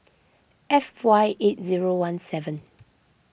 F Y eight zero one seven